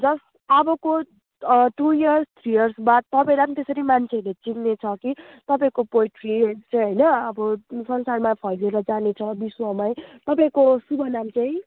just अबको two year three years बाद तपाईँलाई पनि त्यसरी मान्छेले चिन्नेछ कि तपाईँको पोएट्री हुन्छ होइन अब यो संसारमा फैलिएर जानेछ विश्वमै तपाईँको शुभनाम चाहिँ